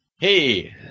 Hey